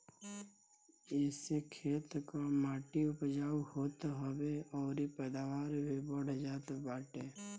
एसे खेत कअ माटी उपजाऊ हो जात हवे अउरी पैदावार भी बढ़ जात बाटे